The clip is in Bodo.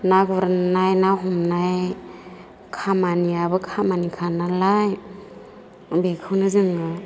ना गुरनाय ना हमनाय खामानियाबो खामानिखा नालाय बेखौ जोङो